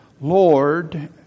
Lord